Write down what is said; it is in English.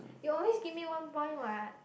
you always give me one point what